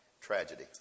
tragedy